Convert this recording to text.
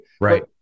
Right